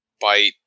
bite